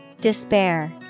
Despair